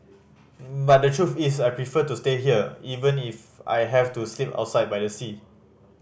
but the truth is I prefer to stay here even if I have to sleep outside by the sea